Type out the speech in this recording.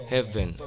Heaven